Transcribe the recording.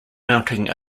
mounting